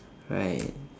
right